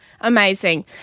amazing